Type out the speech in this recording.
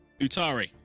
Utari